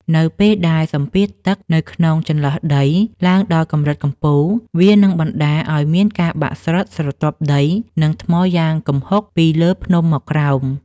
នៅពេលដែលសម្ពាធទឹកនៅក្នុងចន្លោះដីឡើងដល់កម្រិតកំពូល វានឹងបណ្ដាលឱ្យមានការបាក់ស្រុតស្រទាប់ដី និងថ្មយ៉ាងគំហុកពីលើភ្នំមកក្រោម។